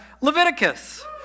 Leviticus